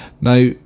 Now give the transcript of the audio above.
now